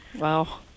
Wow